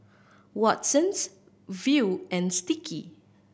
Watsons Viu and Sticky